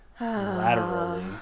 laterally